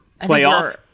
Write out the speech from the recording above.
Playoff